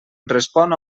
respon